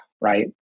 right